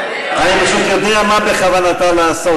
זה כשהיא תודיע מה בכוונתה לעשות.